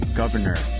governor